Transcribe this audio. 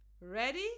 Ready